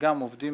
שגם עובדים